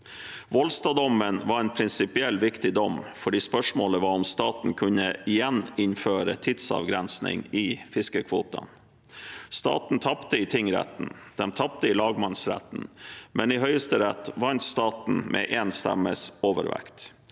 Volstad-dommen var en prinsipielt viktig dom, for spørsmålet var om staten igjen kunne innføre tidsbegrensning i fiskekvotene. Staten tapte i tingretten og i lagmannsretten, men i Høyesterett vant staten med én stemmes overvekt.